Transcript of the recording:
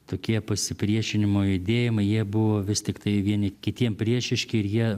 tokie pasipriešinimo judėjimai jie buvo vis tiktai vieni kitiem priešiški ir jie